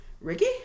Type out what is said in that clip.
Ricky